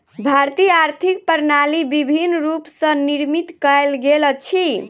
भारतीय आर्थिक प्रणाली विभिन्न रूप स निर्मित कयल गेल अछि